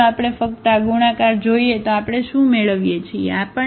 હવે જો આપણે ફક્ત આ ગુણાકાર જોઈએ તો આપણે શું મેળવીએ છીએ